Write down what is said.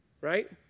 Right